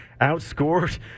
outscored